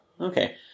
Okay